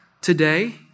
today